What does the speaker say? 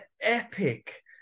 epic